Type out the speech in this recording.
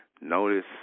Notice